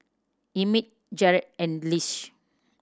Emett Jarred and Lish